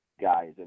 guys